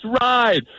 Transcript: ride